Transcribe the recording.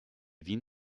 vin